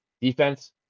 Defense